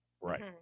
Right